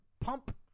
pump